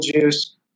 juice